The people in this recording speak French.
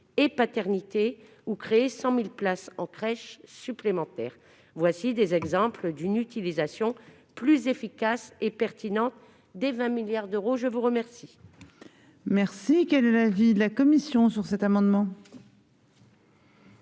de paternité, ou la création de 100 000 places en crèche supplémentaires. Voilà des exemples d'une utilisation plus efficace et pertinente de ces 20 milliards d'euros ! Quel